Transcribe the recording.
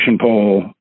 poll